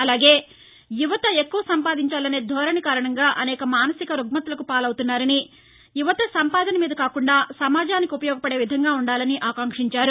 అలాగే యువత ఎక్కువ సంపాదించాలానే ధోరణి కారణంగా అనేక మానసిక రుగ్నతల పాలవుతున్నారనియువత సంపాదన మీద కాకుండా సమాజానికి ఉపయోగపడే విధంగా ఉండాలని ఆకాంక్షించారు